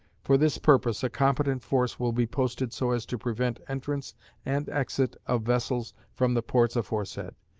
for this purpose a competent force will be posted so as to prevent entrance and exit of vessels from the ports aforesaid.